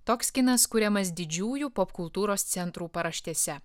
toks kinas kuriamas didžiųjų popkultūros centrų paraštėse